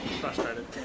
Frustrated